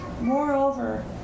Moreover